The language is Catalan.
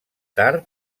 tard